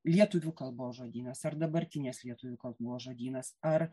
lietuvių kalbos žodynas ar dabartinės lietuvių kalbos žodynas ar